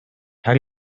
how